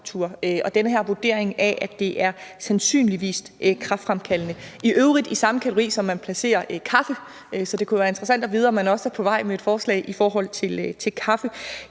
og vurderingen af, at stoffet sandsynligvis er kræftfremkaldende – i øvrigt i samme kategori, som man placerer kaffe i, så det kunne være interessant at vide, om man også er på vej med et forslag i forhold til kaffe.